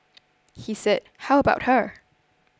he said how about her